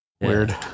weird